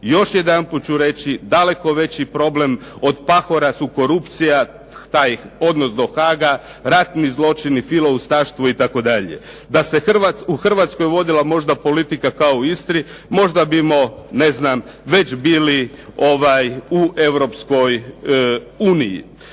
Još jedanput ću reći, daleko veći problem od Pahora su korupcija, taj odnos do Haaga, ratni zločini, filoustaštvo itd. Da se u Hrvatskoj vodila možda politika kao u Istri, možda bismo ne znam već bili u Europskoj uniji.